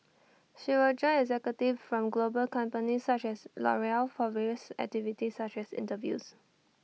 she will join executive from global companies such as Loreal for various activities such as interviews